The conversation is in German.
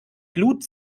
glut